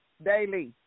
daily